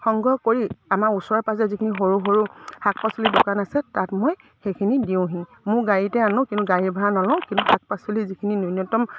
সংগ্ৰহ কৰি আমাৰ ওচৰৰ পাঁজৰে যিখিনি সৰু সৰু শাক পাচলিৰ দোকান আছে তাত মই সেইখিনি দিওঁহি মোৰ গাড়ীতে আনো কিন্তু গাড়ী ভাড়া নলওঁ কিন্তু শাক পাচলি যিখিনি ন্যূনতম